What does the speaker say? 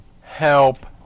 help